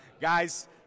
Guys